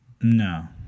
No